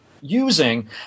using